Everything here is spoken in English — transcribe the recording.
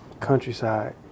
Countryside